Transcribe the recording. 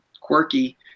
quirky